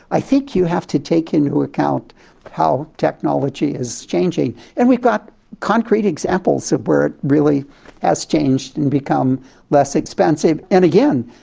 i think you have to take into account how technology is changing. and we've got concrete examples of where it really has changed and become less expensive. and again,